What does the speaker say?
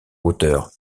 hauteur